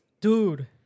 dude